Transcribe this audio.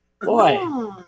Boy